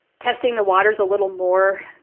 testing the waters a little more.